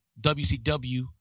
WCW